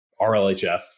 RLHF